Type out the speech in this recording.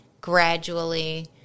gradually